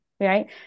Right